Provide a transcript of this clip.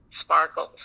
Sparkles